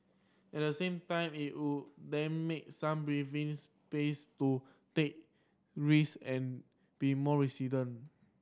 at the same time it would then make some breathing space to take risk and be more resident